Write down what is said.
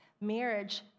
marriage